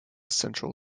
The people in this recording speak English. central